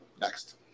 Next